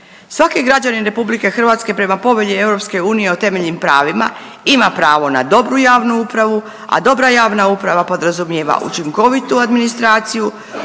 Svaki građanin RH prema Povelji EU o temeljnim pravima ima pravo na dobru javnu upravu, a dobra javna uprava podrazumijeva učinkovitu administraciju